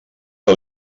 que